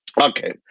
Okay